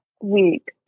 week